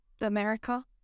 America